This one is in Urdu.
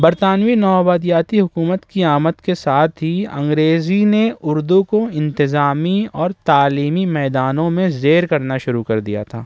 برطانوی نو آبادیاتی حکومت کی آمد کے ساتھ ہی انگریزی نے اردو کو انتظامی اور تعلیمی میدانوں میں زیر کرنا شروع کر دیا تھا